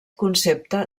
concepte